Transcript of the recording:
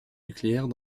nucléaires